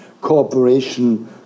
cooperation